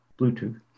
Bluetooth